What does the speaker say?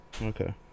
Okay